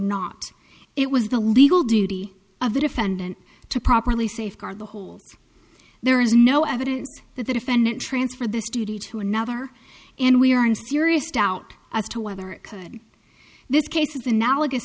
not it was the legal duty of the defendant to properly safeguard the holes there is no evidence that the defendant transfer this duty to another and we are in serious doubt as to whether it could this case is analogous